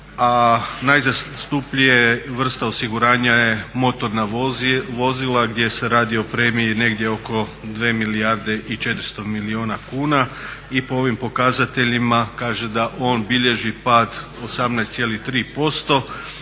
a najzastupljenija vrsta osiguranja je motorna vozila gdje se radi o premiji negdje oko 2 milijarde i 400 milijuna kuna. I po ovim pokazateljima kaže da on bilježi pad 18,3%,